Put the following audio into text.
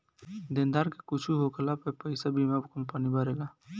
देनदार के कुछु होखला पे पईसा बीमा कंपनी भरेला